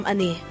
Ani